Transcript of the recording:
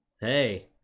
hey